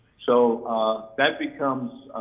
so that becomes